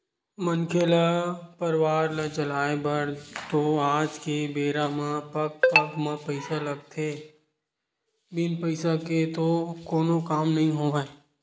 मनखे ल परवार ल चलाय बर तो आज के बेरा म पग पग म पइसा लगथे बिन पइसा के तो कोनो काम नइ होवय